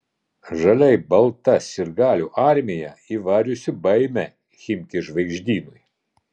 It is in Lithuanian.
žaliai balta sirgalių armija įvariusi baimę chimki žvaigždynui